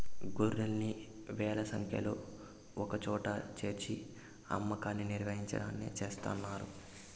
గొర్రెల్ని వేల సంఖ్యలో ఒకచోట చేర్చి అమ్మకాన్ని నిర్వహించడాన్ని చేస్తున్నారు